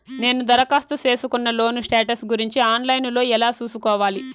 నేను దరఖాస్తు సేసుకున్న లోను స్టేటస్ గురించి ఆన్ లైను లో ఎలా సూసుకోవాలి?